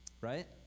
Right